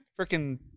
freaking